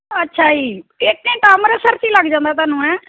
ਅੱਛਾ ਜੀ ਇੱਕ ਘੰਟਾ ਅੰਮ੍ਰਿਤਸਰ 'ਚ ਹੀ ਲੱਗ ਜਾਂਦਾ ਤੁਹਾਨੂੰ ਹੈਂ